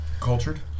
cultured